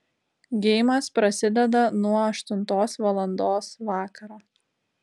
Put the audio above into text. geimas prasideda nuo aštuntos valandos vakaro